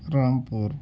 Rampur